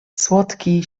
słodki